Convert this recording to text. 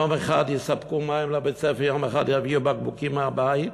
שיום אחד יספקו מים לבית-הספר ויום אחד יביאו בקבוקים מהבית?